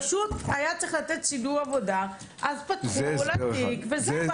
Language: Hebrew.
פשוט היה צריך לתת סידור עבודה אז פתחו לה תיק וזהו,